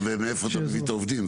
מאיפה אתה מביא את העובדים?